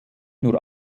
nur